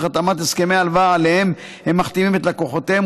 התאמת הסכמי ההלוואה שעליהם הם מחתימים את לקוחותיהם,